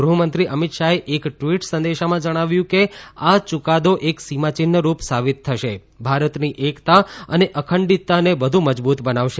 ગૃહમંત્રી અમિત શાહે એક ટ્વિટ સંદેશામાં જણાવ્યું કે આ યુકાદો એક સીમાચિહન રૂપ સાબિત થશે ભારતની એકતા અને અંખડિતતાને વધુ મજબૂત બનાવશે